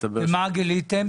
ומה גיליתם?